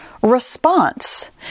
response